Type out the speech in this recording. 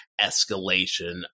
escalation